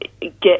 get